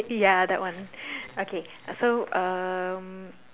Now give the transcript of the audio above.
ya that one okay so um